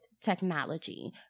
technology